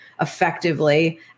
effectively